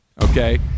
okay